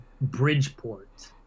Bridgeport